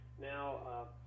now